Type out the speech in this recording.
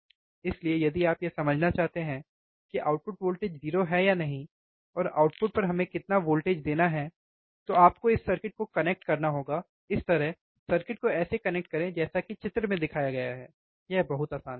इसलिए यदि आप यह समझना चाहते हैं कि आउटपुट वोल्टेज 0 है या नहीं और आउटपुट पर हमें कितना वोल्टेज देना है तो आपको इस सर्किट को कनेक्ट करना होगा इस तरह सर्किट को ऐसे कनेक्ट करें जैसा कि चित्र में दिखाया गया है यह बहुत आसान है